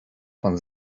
von